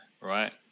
right